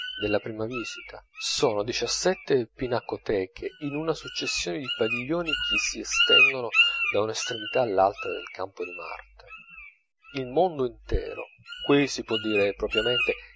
della prima visita sono diciassette pinacoteche in una successione di padiglioni che si estendono da un'estremità all'altra del campo di marte il mondo intero qui si può dire propriamente